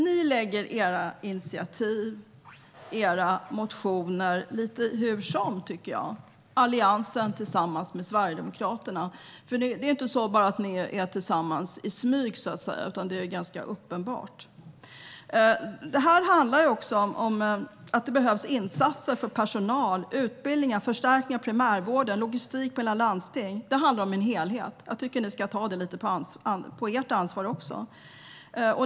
Ni i Alliansen och Sverigedemokraterna lägger fram era initiativ och motioner lite hur som, tycker jag. Det är inte så att ni bara är tillsammans i smyg, så att säga, utan det är ganska uppenbart. Detta handlar också om att det behövs insatser för personal, utbildningar, förstärkning av primärvården och logistik mellan landsting. Det handlar om en helhet, och jag tycker att ni ska ta det lite på ert ansvar också.